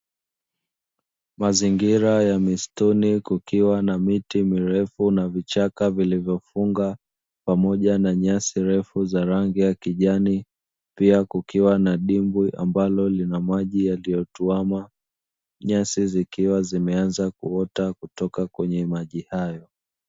Mazingira ya msituni kukiwa na miti mirefu na vichaka vilivyofunga pamoja na nyasi refu za rangi ya kijani, pia kukiwa na dimbwi ambalo linamaji yaliyotuhama nyasi zikiwa zimeanza kuota kutoka kwenye maji hayo.